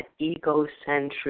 egocentric